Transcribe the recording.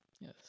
yes